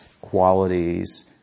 qualities